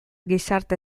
gizarte